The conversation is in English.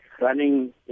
running